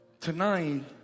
Tonight